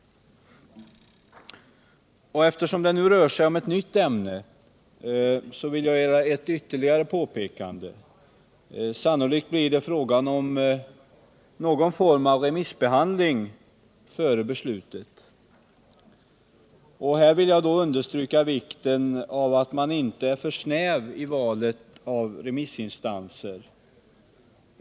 Eftersom det nu rör sig om ett nytt ämne, vill jag göra ett ytterligare påpekande. Sannolikt blir det fråga om någon form av remissbehandling före beslutet. Jag vill då understryka vikten av att man inte är för snäv i valet av remissinstanser.